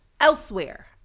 elsewhere